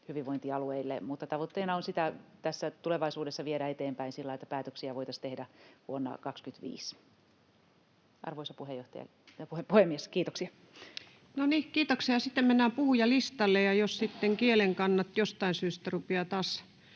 hyvinvointialueille. Mutta tavoitteena on sitä tulevaisuudessa viedä eteenpäin sillä lailla, että päätöksiä voitaisiin tehdä vuonna 25. — Arvoisa puhemies, kiitoksia. No niin, kiitoksia. — Sitten mennään puhujalistalle. Jos sitten kielenkannat jostain syystä rupeavat taas